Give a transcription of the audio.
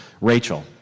Rachel